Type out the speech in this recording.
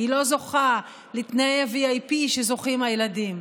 היא לא זוכה לתנאי VIP שזוכים הילדים,